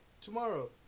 tomorrow